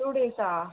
two டேஸா